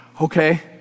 Okay